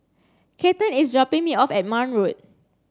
Cathern is dropping me off at Marne Road